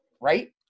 right